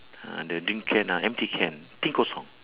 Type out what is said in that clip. ah the drink can ah empty can till kosong